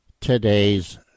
today's